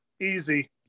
easy